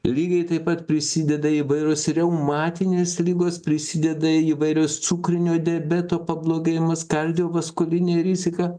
lygiai taip pat prisideda įvairios reumatinės ligos prisideda ir įvairios cukrinio diabeto pablogėjimas kardiovaskulinė rizika